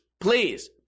Please